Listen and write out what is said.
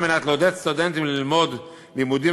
כדי לעודד סטודנטים ללמוד לימודים